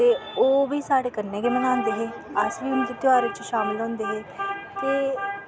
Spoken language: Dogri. ते ओह् बी साढ़े कन्नै गै बनांदे हे अस बी उं'दे ध्यार बिच्च शामल होंदे हे ते